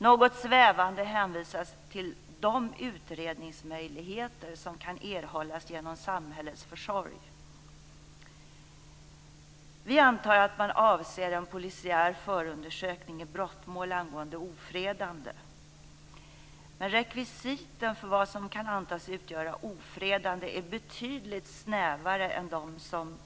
Något svävande hänvisas till "de utredningsmöjligheter som kan erhållas genom samhällets försorg". Vi antar att man avser en polisiär förundersökning i brottmål angående ofredande. Men rekvisiten för vad som kan antas utgöra ofredande är betydligt snävare än de som